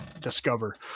Discover